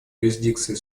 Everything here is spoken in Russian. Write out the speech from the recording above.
юрисдикции